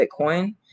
Bitcoin